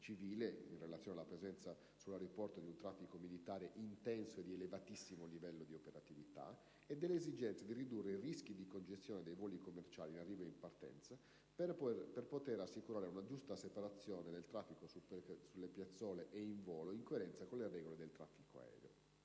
necessarie per la presenza sull'aeroporto di intenso traffico militare al massimo livello di operatività; delle esigenze di ridurre i rischi di congestione dei voli commerciali in arrivo e partenza per poter assicurare la giusta separazione dei traffici sulle piazzole e in volo in coerenza con le regole del traffico aereo.